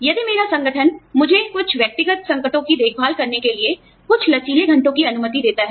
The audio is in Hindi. यदि मेरा संगठन मुझे कुछ व्यक्तिगत संकटों की देखभाल करने के लिए कुछ लचीले घंटों की अनुमति देता है